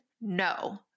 no